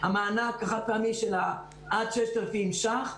המענק החד פעמי של עד 6,000 שקלים,